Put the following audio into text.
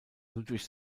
ludwig